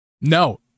No